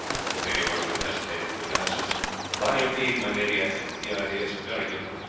lady margaret hesitated, but guy said by your leave, my lady, i think that the idea is a very good one,